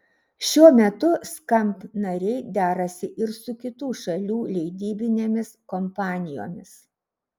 šiuo metu skamp nariai derasi ir su kitų šalių leidybinėmis kompanijomis